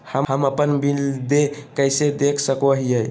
हम अपन बिल देय कैसे देख सको हियै?